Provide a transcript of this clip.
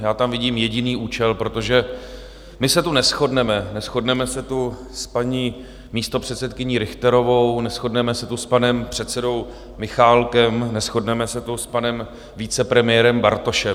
Já tam vidím jediný účel, protože my se tu neshodneme, neshodneme se tu s paní místopředsedkyní Richterovou, neshodneme se tu s panem předsedou Michálkem, neshodneme se tu s panem vicepremiérem Bartošem.